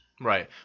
right